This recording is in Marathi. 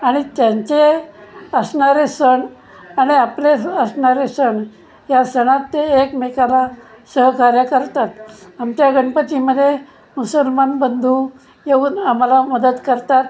आणि त्यांचे असणारे सण आणि आपले असणारे सण या सणात ते एकमेकाला सहकार्य करतात आमच्या गणपतीमध्ये मुसलमान बंधू येऊन आम्हाला मदत करतात